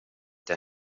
till